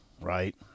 right